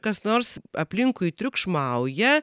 kas nors aplinkui triukšmauja